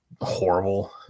horrible